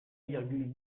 virgule